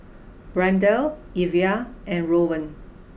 Brianda Evia and Rowan